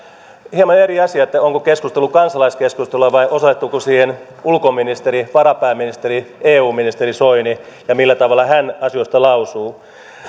hieman eri asia onko keskustelu kansalaiskeskustelua vai osallistuuko siihen ulkoministeri varapääministeri eu ministeri soini ja millä tavalla hän asioista lausuu